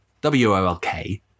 W-O-L-K